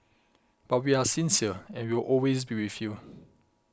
but we are sincere and we will always be with you